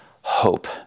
hope